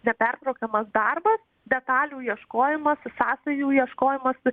nepertraukiamas darbas detalių ieškojimas sąsajų ieškojimas